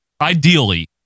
Ideally